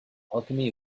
alchemy